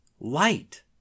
Light